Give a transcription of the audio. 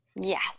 Yes